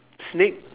snake